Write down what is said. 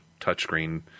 touchscreen –